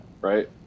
right